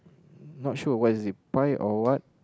not sure what is it pie or what